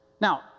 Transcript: Now